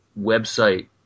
website